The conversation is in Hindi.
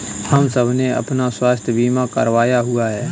हम सबने अपना स्वास्थ्य बीमा करवाया हुआ है